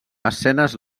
escenes